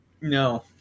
No